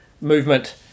movement